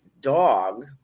dog